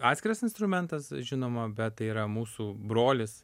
atskiras instrumentas žinoma bet tai yra mūsų brolis